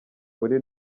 muri